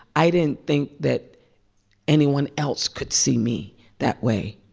i didn't think that anyone else could see me that way.